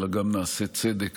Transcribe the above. אלא גם נעשה צדק